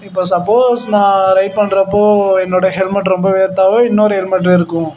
இப்போ சப்போஸ் நான் ரைட் பண்ணுறப்போ என்னோடய ஹெல்மெட் ரொம்ப வேர்த்தாலோ இன்னொரு ஹெல்மெட்டு இருக்கும்